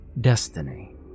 Destiny